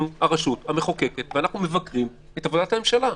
הרשות המחוקקת ואנחנו מבקרים את עבודת הממשלה.